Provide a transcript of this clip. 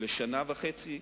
לשנה וחצי,